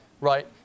right